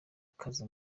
gukaza